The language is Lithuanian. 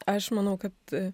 aš manau kad